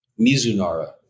Mizunara